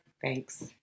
Thanks